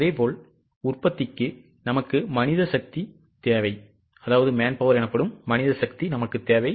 அதேபோல் உற்பத்திக்கு நமக்கு மனித சக்தி தேவை